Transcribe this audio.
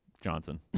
Johnson